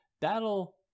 that'll